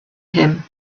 him